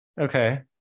Okay